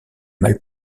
mal